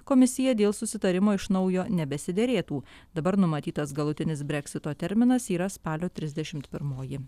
komisija dėl susitarimo iš naujo nebesiderėtų dabar numatytas galutinis breksito terminas yra spalio trisdešimt pirmoji